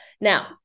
Now